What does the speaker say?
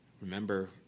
Remember